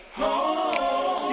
home